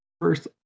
first